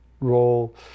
role